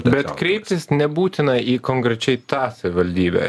bet kreiptis nebūtina į konkrečiai tą savivaldybę